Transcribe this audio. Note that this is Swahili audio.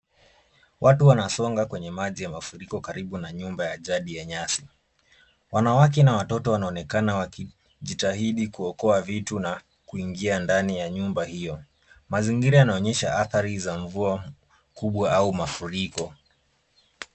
Watu wanasonga kwenye maji ya mafuriko karibu na nyumba ya jadi ya nyasi. wanawake na watoto wanaonekana wakijitahidi kuokoa vitu na kuingia ndani ya nyumba hiyo. Mazingira yanaonyesha athari za mvua kubwa au mafuriko.